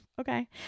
Okay